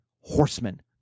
horsemen